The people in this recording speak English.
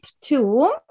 two